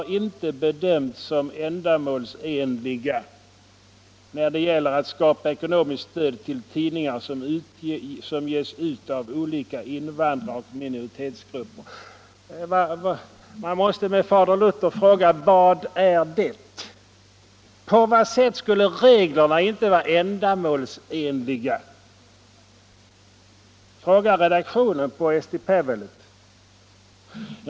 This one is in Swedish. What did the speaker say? De har inte bedömts som ändamålsenliga när det gäller att skapa ett ekonomiskt stöd till tidningar som ges ut av olika invandraroch minoritetsgrupper.” Man måste med fader Luther fråga: Vad är det? På vad sätt skulle reglerna inte vara ändamålsenliga? Fråga redaktionen på Eesti Päevaleht!